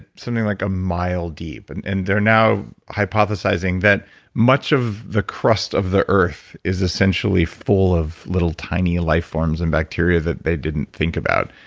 something like a mile deep. and and they're now hypothesizing that much of the crust of the earth is essentially full of little, tiny lifeforms and bacteria that they didn't think about.